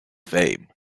fame